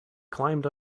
climbed